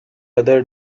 other